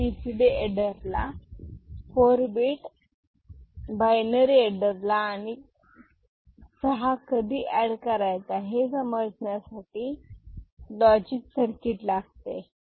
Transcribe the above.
आणि बीसीडी एडरला 4 bit binary एडरला आणि सहा कधी ऍड करायचे हे समजण्यासाठी लॉजिक सर्किट लागते